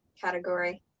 category